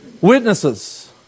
Witnesses